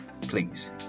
please